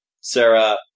Sarah